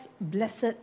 blessed